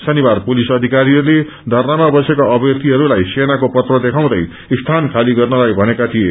शनिबार पुलिस अपिकारीहरूले परनामा बसेका अभ्यर्थीहरूलाई सेनाको पत्र देखाउन स्थान खाली गर्नलाई भनेका थिए